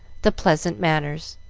the pleasant manners.